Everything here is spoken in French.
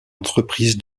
entreprise